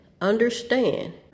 understand